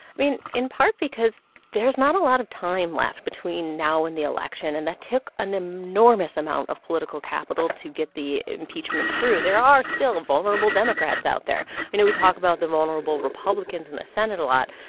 i mean, in part because there's not a lot of time left between now and the election. and that took an enormous amount of political capital to get the impeachment through. there are still vulnerable democrats out there. you know, we talk about the vulnerable republicans in the senate a lot,